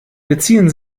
beziehen